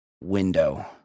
window